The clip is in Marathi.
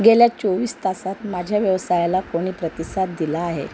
गेल्या चोवीस तासात माझ्या व्यवसायाला कोणी प्रतिसाद दिला आहे